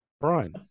Brian